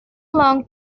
long